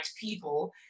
people